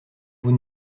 vous